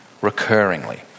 recurringly